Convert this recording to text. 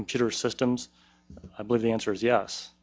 computer systems i believe the answer is